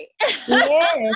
Yes